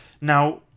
Now